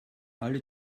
alle